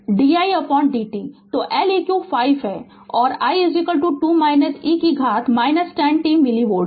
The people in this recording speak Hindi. तो L eq 5 है और I 2 e घात 10 t मिली वोल्ट